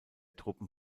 truppen